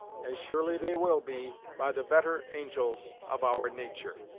as surely they will be, by the better angels of our nature.